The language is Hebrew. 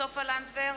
סופה לנדבר,